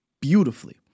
beautifully